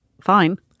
fine